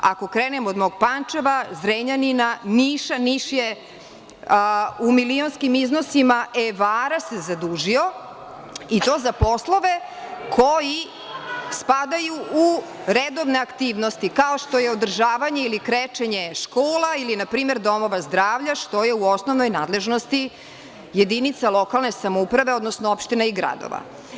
Ako krenemo od Pančeva, Zrenjanina, Niša, Niš je u milionskim iznosima evra se zadužio i to za poslove koji spadaju u redovne aktivnosti, kao što je održavanje ili krečenje škola ili npr. domova zdravlja, što je u osnovnoj nadležnosti jedinica lokalne samouprave, odnosno opštine i gradova.